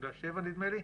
6.7 שקלים, נדמה לי,